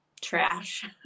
trash